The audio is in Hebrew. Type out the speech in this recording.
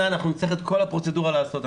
אנחנונצטרך את כל הפרוצדורה לעשות.